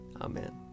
Amen